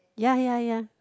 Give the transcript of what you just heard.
ya ya ya